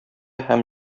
һәм